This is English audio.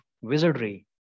wizardry